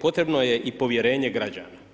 potrebno je i povjerenje građana.